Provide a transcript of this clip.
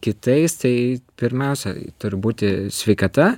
kitais tai pirmiausiai turi būti sveikata